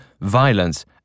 violence